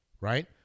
right